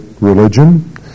religion